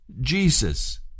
jesus